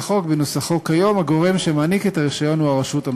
התשע"ו 2016, לקריאה שנייה ושלישית.